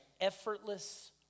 effortless